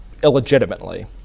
illegitimately